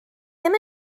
ddim